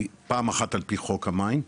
היא פעם אחת על פי חוק המים,